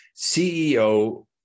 CEO